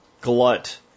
glut